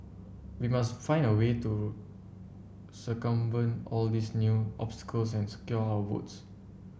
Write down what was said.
we must find a way to circumvent all these new and secure our votes